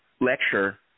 lecture